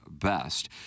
best